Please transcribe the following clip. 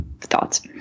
thoughts